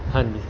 ਹਾਂਜੀ